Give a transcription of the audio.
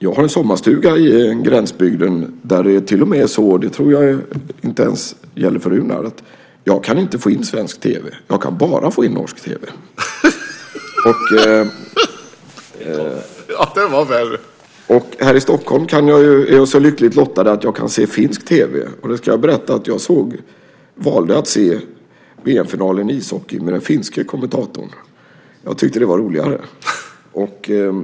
Jag har en sommarstuga i gränsbygden där jag inte ens kan få in svensk tv - det tror jag inte gäller för Runar. Jag kan bara få in norsk tv. I Stockholm är jag så lyckligt lottad att jag kan se finsk tv, och jag valde faktiskt att se VM-finalen i ishockey med den finske kommentatorn. Jag tyckte det var roligare.